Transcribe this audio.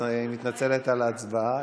היא מתנצלת על ההצבעה.